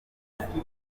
yakorewe